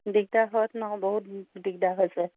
দিগদাৰ হয়তোন আকৌ বহুত দিগদাৰ হৈছে